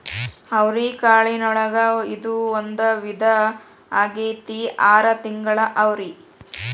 ಅವ್ರಿಕಾಳಿನೊಳಗ ಇದು ಒಂದ ವಿಧಾ ಆಗೆತ್ತಿ ಆರ ತಿಂಗಳ ಅವ್ರಿ